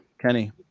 kenny